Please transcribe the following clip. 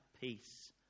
peace